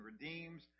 redeems